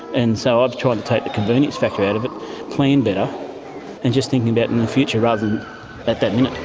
and so i've tried to take the convenience factor out of it, plan better, and just thinking about and the future rather than at that minute.